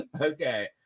Okay